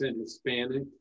Hispanic